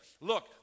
Look